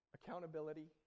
accountability